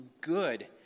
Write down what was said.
good